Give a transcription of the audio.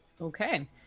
Okay